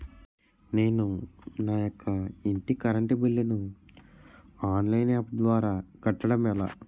నేను నా యెక్క ఇంటి కరెంట్ బిల్ ను ఆన్లైన్ యాప్ ద్వారా కట్టడం ఎలా?